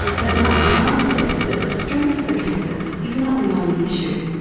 but martin cohen says that the strength of the cannabis is not the only issue.